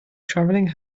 travelling